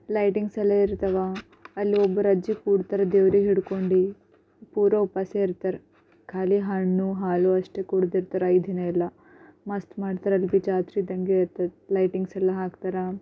lightings ಎಲ್ಲ ಇರ್ತವೆ ಅಲ್ಲಿ ಒಬ್ರು ಅಜ್ಜಿ ಕೂಡ್ತಾರೆ ದೇವ್ರಿಗೆ ಹಿಡ್ಕೊಂಡಿ ಪೂರಾ ಉಪವಾಸ ಇರ್ತಾರೆ ಖಾಲಿ ಹಣ್ಣು ಹಾಲು ಅಷ್ಟೆ ಕುಡ್ದಿರ್ತಾರೆ ಐದಿನ ಎಲ್ಲ ಮಸ್ತ್ ಮಾಡ್ತಾರೆ ಅದು ಜಾತ್ರೆ ಇದ್ದಂಗೈತೆ ಲೈಟಿಂಗ್ಸ್ ಎಲ್ಲ ಹಾಕ್ತಾರೆ